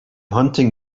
hunting